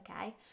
okay